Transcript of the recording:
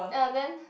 uh then